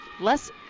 Less